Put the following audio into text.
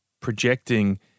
projecting